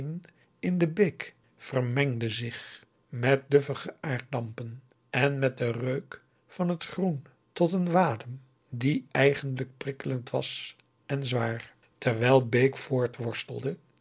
in de beek vermengde zich met duffige aarddampen en met den reuk van het groen tot een wadem die tegelijk prikkelend was en zwaar terwijl bake